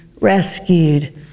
rescued